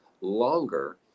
longer